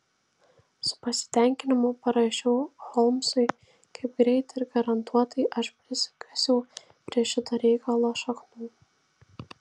su pasitenkinimu parašiau holmsui kaip greit ir garantuotai aš prisikasiau prie šito reikalo šaknų